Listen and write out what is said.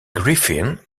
griffin